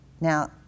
Now